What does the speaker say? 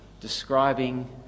describing